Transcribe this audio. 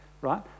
right